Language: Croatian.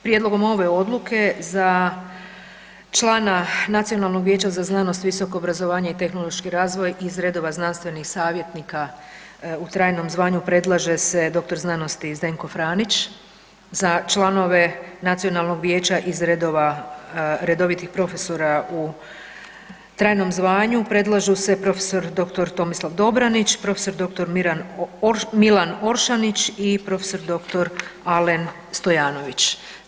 Prijedlogom ove Odluke, za člana Nacionalnog vijeća za znanost, visoko obrazovanje i tehnološki razvoj iz redova znanstvenih savjetnika u trajnom zvanju predlaže se dr. sc. Zdenko Franić, za članove Nacionalnog vijeća iz redova redovitih profesora u trajnom zvanju, predlažu se prof. dr. Tomislav Dobranić, prof. dr. Milan Oršanić i prof. dr. Alen Stojanović.